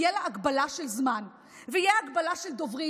תהיה לה הגבלה של זמן ותהיה הגבלה של דוברים